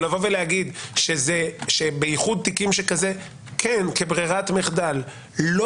או לבוא ולהגיד שבאיחוד תיקים שכזה כן כברירת מחדל לא